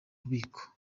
bubiko